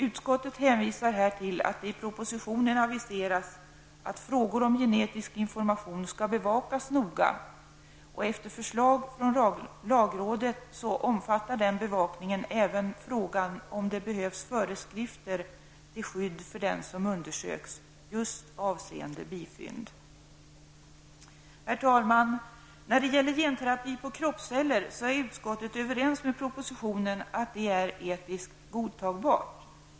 Utskottet hänvisar här till att det i propositionen aviseras att frågor om genetisk information skall bevakas noga. Efter förslag av lagrådet omfattar den bevakningen även frågan om det behövs föreskrifter till skydd för den som undersöks, just avseende bifynd. Herr talman! Utskottet är överens med propositionen om att genterapi på kroppsceller är etiskt godtagbar.